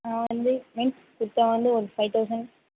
நான் வந்து மென்ஸ் குர்த்தா வந்து ஒரு ஃபைவ் தௌசண்ட்